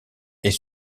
est